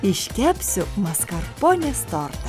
iškepsiu maskarponės tortą